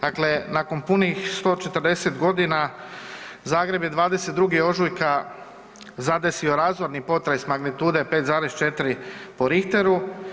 Dakle, nakon punih 140 g., Zagreb je 22. ožujka zadesio razorni potres magnitude 5,4 po Richteru.